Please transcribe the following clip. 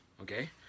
Okay